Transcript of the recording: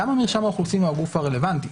למה מרשם האוכלוסין הוא הגוף הרלוונטי?